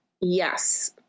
Yes